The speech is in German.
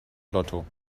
lotto